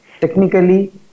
technically